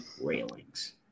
railings